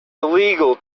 illegal